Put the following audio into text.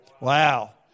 Wow